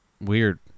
Weird